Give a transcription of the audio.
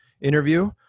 interview